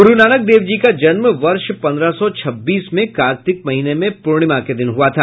गूरु नानक देव जी का जन्म वर्ष पन्द्रह सौ छब्बीस में कार्तिक महीने में पूर्णिमा के दिन हुआ था